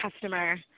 customer –